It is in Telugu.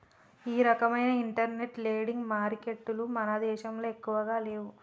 ఈ రకవైన ఇంటర్నెట్ లెండింగ్ మారికెట్టులు మన దేశంలో ఎక్కువగా లేవు